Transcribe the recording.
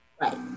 Right